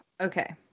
Okay